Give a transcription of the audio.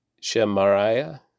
Shemariah